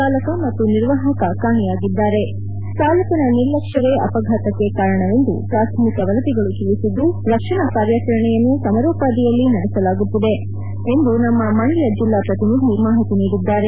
ಚಾಲಕ ಮತ್ತು ನಿರ್ವಾಹಕ ಕಾಣೆಯಾಗಿದ್ದಾರೆ ಚಾಲಕನ ನಿರ್ಲಕ್ಷ್ಯವೇ ಅಪಘಾತಕ್ಕೆ ಕಾರಣವೆಂದು ಪ್ರಾಥಮಿಕ ವರದಿಗಳು ತಿಳಿಸಿದ್ದು ರಕ್ಷಣಾ ಕಾರ್ಯಚರಣೆಯನ್ನು ಸಮರೋಪಾದಿಯಲ್ಲಿ ನಡೆಸಲಾಗುತ್ತಿದೆ ಎಂದು ನಮ್ಮ ಮಂಡ್ಕ ಜಿಲ್ಲಾ ಪ್ರತಿನಿಧಿ ಮಾಹಿತಿ ನೀಡಿದ್ದಾರೆ